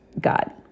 God